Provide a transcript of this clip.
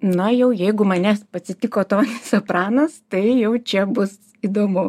na jau jeigu manęs pasitiko tony sopranas tai jau čia bus įdomu